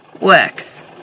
works